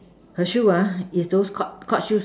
her shoes is those court court shoes